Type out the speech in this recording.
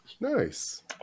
Nice